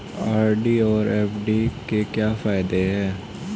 RD और FD के क्या फायदे हैं?